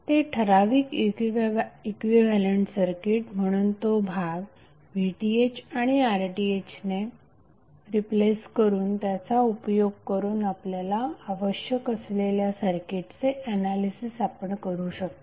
ते ठराविक equivalent circuit म्हणून तो भाग VThआणि RThने रिप्लेस करून त्याचा उपयोग करून आपल्याला आवश्यक असलेल्या सर्किटचे एनालिसिस आपण करू शकता